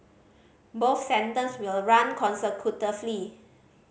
both sentences will run consecutively